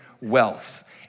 wealth